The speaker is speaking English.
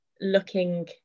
looking